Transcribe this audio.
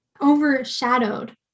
overshadowed